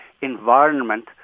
environment